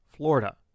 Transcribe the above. Florida